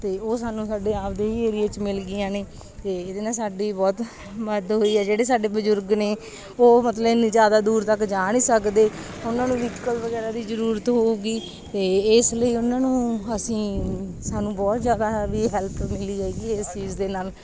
ਅਤੇ ਉਹ ਸਾਨੂੰ ਸਾਡੇ ਆਪਦੇ ਹੀ ਏਰੀਏ 'ਚ ਮਿਲ ਗਈਆਂ ਨੇ ਅਤੇ ਇਹਦੇ ਨਾਲ ਸਾਡੀ ਬਹੁਤ ਮਦਦ ਹੋਈ ਆ ਜਿਹੜੇ ਸਾਡੇ ਬਜ਼ੁਰਗ ਨੇ ਉਹ ਮਤਲਬ ਐਨੀ ਜ਼ਿਆਦਾ ਦੂਰ ਤੱਕ ਜਾ ਨਹੀਂ ਸਕਦੇ ਉਹਨਾਂ ਨੂੰ ਵੀਕਲ ਵਗੈਰਾ ਦੀ ਜ਼ਰੂਰਤ ਹੋਊਗੀ ਅਤੇ ਇਸ ਲਈ ਉਹਨਾਂ ਨੂੰ ਅਸੀਂ ਸਾਨੂੰ ਬਹੁਤ ਜ਼ਿਆਦਾ ਹੈਵੀ ਹੈਲਪ ਮਿਲੀ ਹੈਗੀ ਇਸ ਚੀਜ਼ ਦੇ ਨਾਲ